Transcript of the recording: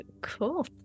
cool